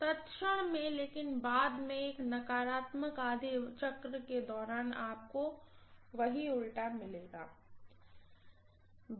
professor तत्क्षण में लेकिन बाद में एक ऋणात्मक आधे चक्र के दौरान आपको वही उलटी होगी